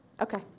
Okay